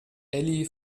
elli